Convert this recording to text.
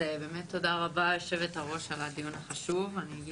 תודה רבה ליושבת הראש על הדיון החשוב.